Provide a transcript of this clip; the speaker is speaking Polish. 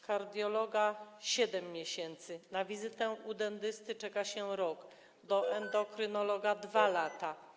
kardiologa - 7 miesięcy, na wizytę u dentysty czeka się rok, u endokrynologa - 2 lata.